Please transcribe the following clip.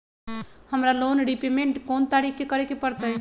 हमरा loan repayment कोन तारीख के करे के परतई?